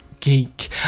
geek